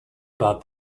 about